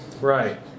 Right